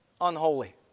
unholy